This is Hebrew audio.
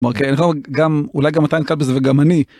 מרקד אומ.. גם.. אולי גם אתה נתקל בזה וגם אני.